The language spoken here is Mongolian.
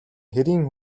хэрийн